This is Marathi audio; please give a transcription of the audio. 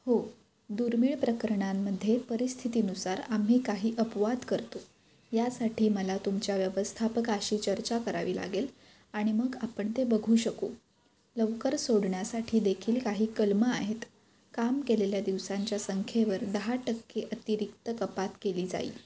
हो दुर्मिळ प्रकरणांमध्ये परिस्थितीनुसार आम्ही काही अपवाद करतो यासाठी मला तुमच्या व्यवस्थापकाशी चर्चा करावी लागेल आणि मग आपण ते बघू शकू लवकर सोडण्यासाठी देखील काही कलमं आहेत काम केलेल्या दिवसांच्या संख्येवर दहा टक्के अतिरिक्त कपात केली जाईल